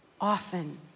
often